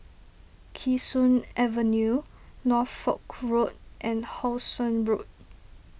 Kee Sun Avenue Norfolk Road and How Sun Road